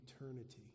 eternity